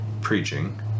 preaching